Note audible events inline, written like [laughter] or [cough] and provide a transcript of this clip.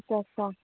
[unintelligible]